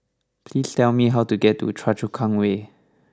please tell me how to get to Choa Chu Kang Way